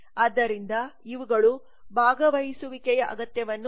ಆದ್ದರಿಂದ ಇವುಗಳು ಭಾಗವಹಿಸುವಿಕೆಯ ಅಗತ್ಯವನ್ನು ಪೂರೈಸುತ್ತವೆ